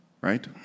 Right